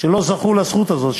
שלא זכו לזכות הזאת,